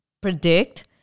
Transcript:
predict